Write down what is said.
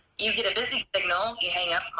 you get a busy signal. you hang up,